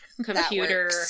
computer